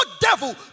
devil